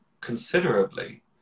considerably